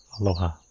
Aloha